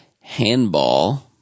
handball